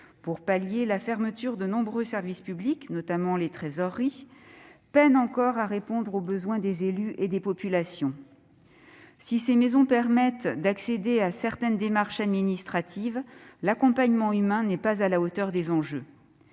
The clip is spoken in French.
pour pallier la fermeture de nombreux services publics, les trésoreries notamment, peine encore à répondre aux besoins des élus et des populations. Si ces structures permettent d'accéder à certaines démarches administratives, l'accompagnement humain n'est pas à la hauteur des enjeux.